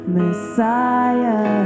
messiah